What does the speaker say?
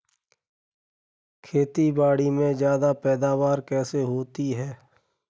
खेतीबाड़ी में ज्यादा पैदावार कैसे होती है?